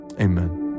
amen